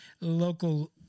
local